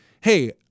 hey